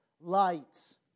lights